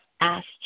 asked